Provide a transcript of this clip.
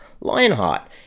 Lionheart